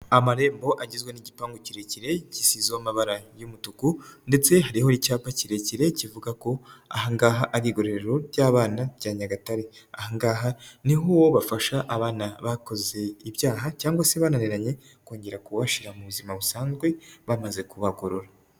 Amarembo agizwe n'igipangu kirekire gisize amabara y'umutuku ndetse hariho icyapa kirekire kivuga ko ahangaha ari iguriro ry'abana rya Nyagatare. Ahangaha niho uwo bafasha abana bakoze ibyaha cyangwa se bananiranye kongera kubashyira mu buzima busanzwe bamaze kubagorora.